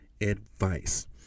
advice